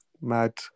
mad